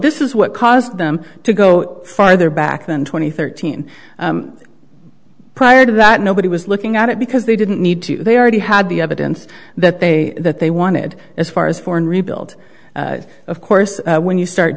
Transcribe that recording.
this is what caused them to go farther back than twenty thirteen prior to that nobody was looking at it because they didn't need to they already had the evidence that they that they wanted as far as foreign rebuild of course when you start